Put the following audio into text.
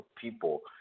people